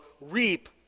reap